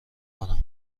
کنم